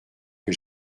que